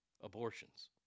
abortions